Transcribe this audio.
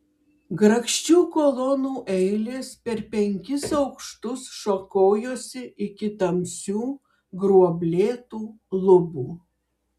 grakščių kolonų eilės per penkis aukštus šakojosi iki tamsių gruoblėtų lubų